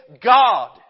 God